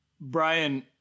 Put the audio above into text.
Brian